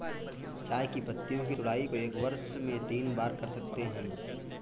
चाय की पत्तियों की तुड़ाई को एक वर्ष में तीन बार कर सकते है